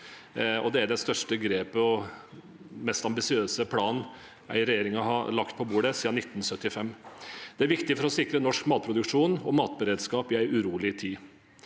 det er det største grepet og den mest ambisiøse planen en regjering har lagt på bordet siden 1975. Det er viktig for å sikre norsk matproduksjon og matberedskap i en urolig tid.